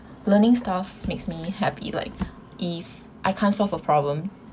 learning stuff makes me happy like if I can't solve a problem